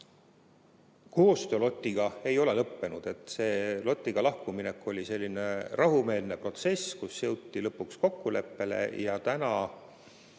Koostöö LOT‑iga ei ole lõppenud, see LOT‑iga lahkuminek oli selline rahumeelne protsess, kus jõuti lõpuks kokkuleppele ja meie